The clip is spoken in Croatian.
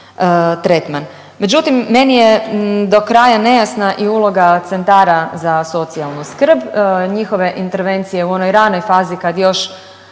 Međutim meni je do kraja nejasna i uloga Centara za socijalnu skrb, njihove intervencije u onoj ranoj fazi kad još